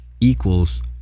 equals